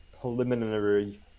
preliminary